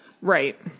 Right